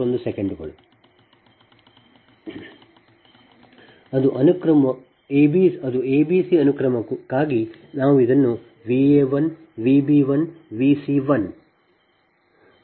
ಅದು a b c ಅನುಕ್ರಮಕ್ಕಾಗಿ ನಾವು ಇದನ್ನು Va1 Vb1 Vc1 ಮಾಡುತ್ತಿದ್ದೇವೆ